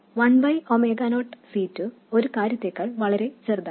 one by omega naught C2 ഒരു കാര്യത്തേക്കാൾ വളരെ ചെറുതാണ്